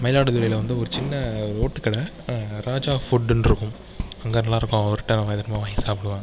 மயிலாடுதுறையில வந்து ஒரு சின்ன ரோட்டு கடை ராஜா ஃபுட்டுன்னு இருக்கும் அங்கே நல்லாயிருக்கும் அவர்கிட்ட பயங்கரமாக வாங்கி சாப்பிடுவேன்